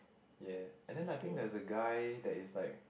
ya and then I think there's a guy that is like